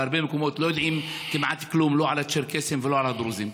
בהרבה מקומות לא יודעים כמעט כלום לא על הצ'רקסים ולא על הדרוזים.